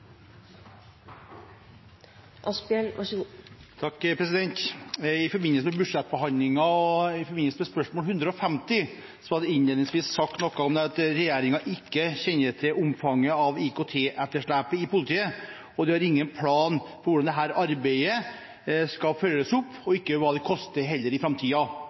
Asphjell og Lise Wiik må bero på en misforståelse, for nå er det altså 800 flere politiansatte per 30. november 2016 enn det det var 31. desember 2013. I forbindelse med budsjettbehandlingen og spørsmål 150 ble det innledningsvis sagt noe om at regjeringen ikke kjenner til omfanget av IKT-etterslepet i politiet, at de har ingen plan for hvordan dette arbeidet skal følges opp, og heller